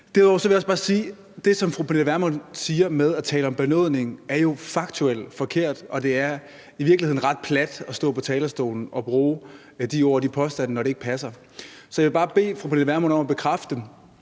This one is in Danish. det, som fru Pernille Vermund siger, når hun taler om benådning, jo er faktuelt forkert, og at det i virkeligheden er ret plat at stå på talerstolen og bruge de ord og de påstande, når det ikke passer. Så jeg vil bare bede fru Pernille Vermund om at bekræfte, at